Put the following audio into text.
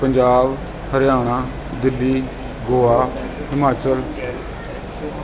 Punjab Haryana Delhi Goa Himachal